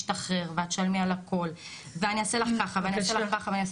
אשתחרר ואת תשלמי על הכל ואני אעשה לך ככה ואני אעשה לך ככה',